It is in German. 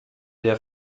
der